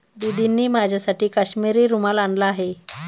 दीदींनी माझ्यासाठी काश्मिरी रुमाल आणला आहे